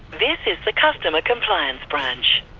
this is the customer compliance branch.